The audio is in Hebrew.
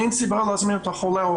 אין סיבה להזמין את החולה.